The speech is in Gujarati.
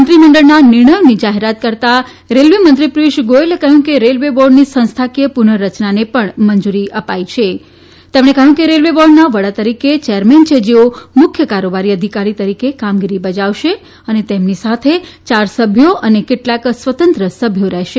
મંત્રીમંડળના નિર્ણયોની જાહેરાત કરતાં રેલવેમંત્રી પિયુષ ગોચેલે કહ્યું કે રેલવેબોર્ડની સંસ્થાકીય પુનઃરચનાને પણ મંજૂરી અપાઇ છે તેમણે કહ્યું કે રેલવેબોર્ડના વડા તરીકે ચેરમેન છે જેઓ મુખ્ય કારોબારી અધિકારી તરીકે કામગીરી બજાવશે અને તેમની સાથે યાર સભ્યો અને કેટલાક સ્વતંત્ર સભ્યો રહેશે